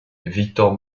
victor